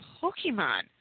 Pokemon